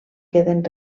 queden